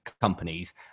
companies